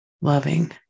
loving